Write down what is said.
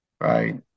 right